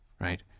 Right